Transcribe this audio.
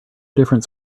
different